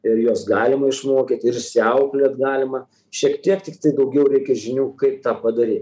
ir juos galima išmokyt ir išsiauklėt galima šiek tiek tiktai daugiau reikia žinių kaip tą padaryt